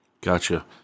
Gotcha